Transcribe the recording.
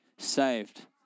Saved